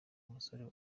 umusore